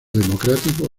democrático